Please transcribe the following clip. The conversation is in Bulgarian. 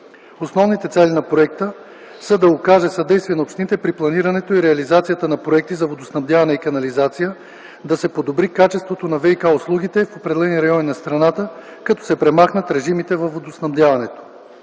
Основните цели на проекта са да окаже съдействие на общините при планирането и реализацията на проекти за водоснабдяване и канализация, да се подобри качеството на ВиК услугите в определени райони на страната, като се премахнат режимите във водоснабдяването.